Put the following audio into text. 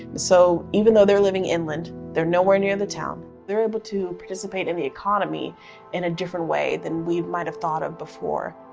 so even though they're living inland, they're nowhere near the town, they're able to participate in the economy in a different way than we might have thought of before.